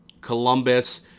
Columbus –